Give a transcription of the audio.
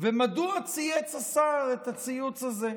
ומדוע צייץ השר את הציוץ הזה?